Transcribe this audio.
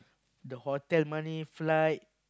the hotel money flight